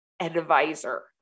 advisor